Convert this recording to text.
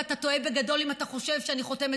כי אני שמחה.